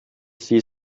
sie